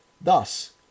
Thus